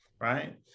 right